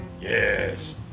yes